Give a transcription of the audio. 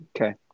Okay